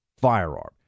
firearm